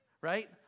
Right